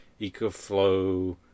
EcoFlow